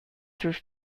through